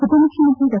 ಉಪ ಮುಖ್ಯಮಂತ್ರಿ ಡಾ